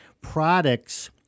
products